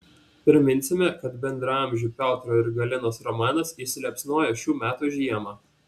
priminsime kad bendraamžių piotro ir galinos romanas įsiliepsnojo šių metų žiemą